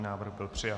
Návrh byl přijat.